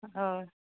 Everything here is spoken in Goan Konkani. हय